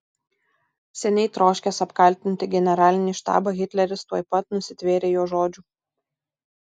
seniai troškęs apkaltinti generalinį štabą hitleris tuoj pat nusitvėrė jo žodžių